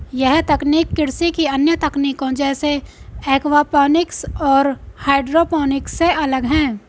यह तकनीक कृषि की अन्य तकनीकों जैसे एक्वापॉनिक्स और हाइड्रोपोनिक्स से अलग है